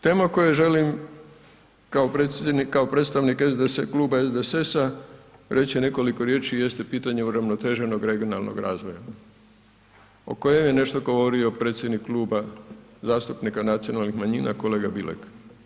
Tema o kojoj želim kao predstavnik Kluba SDSS-a reći nekoliko riječi jeste pitanje uravnoteženog regionalnog razvoja o kojem je nešto govorio predsjednik Kluba zastupnika nacionalnih manjina kolega Bilek.